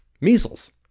measles